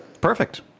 Perfect